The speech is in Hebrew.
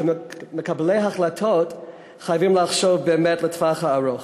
כמקבלי החלטות חייבים לחשוב באמת לטווח הארוך.